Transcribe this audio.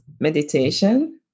meditation